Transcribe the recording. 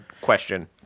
question